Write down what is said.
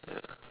ya